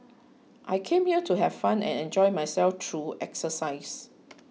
I came here to have fun and enjoy myself through exercise